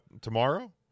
tomorrow